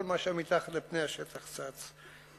כל מה שמתחת לפני השטח צץ.